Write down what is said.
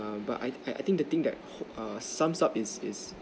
err but I I think the thing that err sums up is is